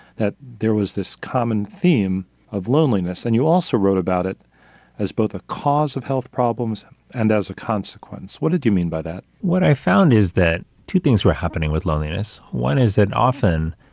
that there was this common theme of loneliness. and you also wrote about it as both a cause of health problems and as a consequence, what did you mean by that? what i found is that two things were happening with loneliness. one is that often,